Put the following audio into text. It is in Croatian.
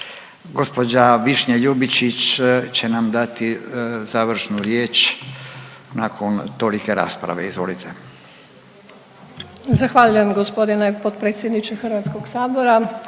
Gospođa Višnja Ljubičić će nam dati završnu riječ nakon tolike rasprave. Izvolite. **Ljubičić, Višnja** Zahvaljujem gospodine potpredsjedniče Hrvatskog sabora,